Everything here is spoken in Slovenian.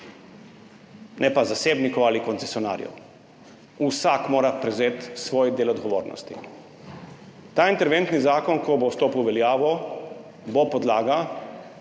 ne pa zasebnikov ali koncesionarjev. Vsak mora prevzeti svoj del odgovornosti. Ta interventni zakon, ko bo stopil v veljavo, bo podlaga